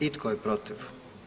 I tko je protiv?